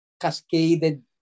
cascaded